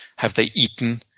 have they eaten?